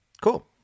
Cool